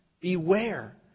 beware